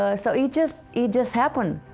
ah so it just, it just happened.